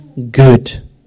good